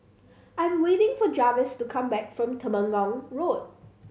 I'm waiting for Jarvis to come back from Temenggong Road